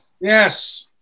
Yes